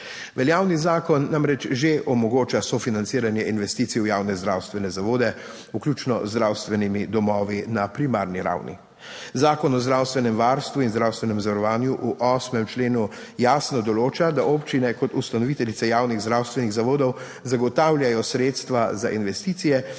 Veljavni zakon namreč že omogoča sofinanciranje investicij v javne zdravstvene zavode, vključno z zdravstvenimi domovi na primarni ravni. Zakon o zdravstvenem varstvu in zdravstvenem zavarovanju v 8. členu jasno določa, da občine kot ustanoviteljice javnih zdravstvenih zavodov zagotavljajo sredstva za investicije